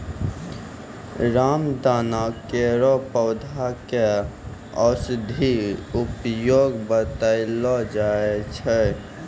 रामदाना केरो पौधा क औषधीय उपयोग बतैलो जाय छै